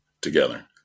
together